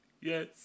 Yes